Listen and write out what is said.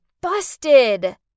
busted